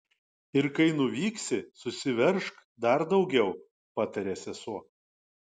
ir kai nuvyksi susiveržk dar daugiau patarė sesuo